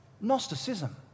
Gnosticism